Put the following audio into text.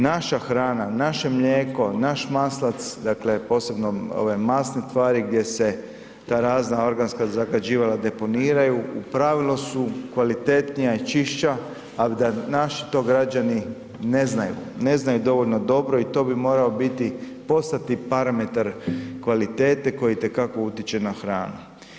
Naša hrana, naše mlijeko, naš maslac, dakle posebno ove masne tvari gdje se ta razna organska zagađivala deponiraju u pravilu su kvalitetnija i čišća, a da naši to građani ne znaju, ne znaju dovoljno dobro i to bi morao biti, postati parametar kvalitete koji itekako utječe na hranu.